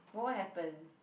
but what happen